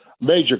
Major